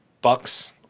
Bucks